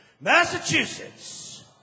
Massachusetts